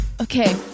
okay